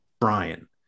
Brian